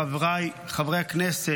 חבריי חברי הכנסת,